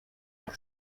jak